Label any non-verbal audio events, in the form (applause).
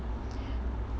(breath)